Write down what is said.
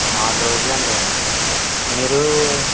నాలుగు రోజులు అండి మీరూ